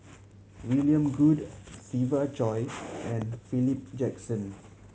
William Goode Siva Choy and Philip Jackson